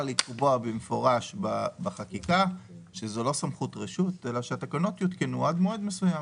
לקבוע במפורש בחקיקה שהתקנות יותקנו עד מועד מסוים,